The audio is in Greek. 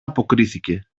αποκρίθηκε